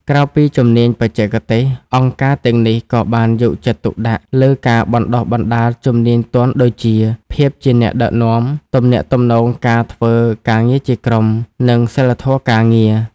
ក្រៅពីជំនាញបច្ចេកទេស អង្គការទាំងនេះក៏បានយកចិត្តទុកដាក់លើការបណ្តុះបណ្តាលជំនាញទន់ដូចជា ភាពជាអ្នកដឹកនាំ ទំនាក់ទំនងការធ្វើការងារជាក្រុម និងសីលធម៌ការងារ។